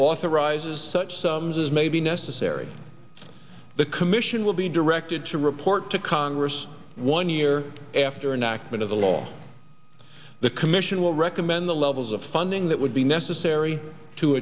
authorizes such sums as may be necessary the commission will be directed to report to congress one year after an act of the law the commission will recommend the levels of funding that would be necessary to